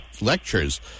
lectures